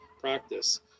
practice